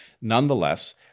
nonetheless